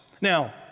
Now